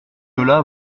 cela